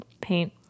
paint